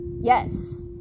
yes